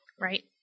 right